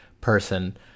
person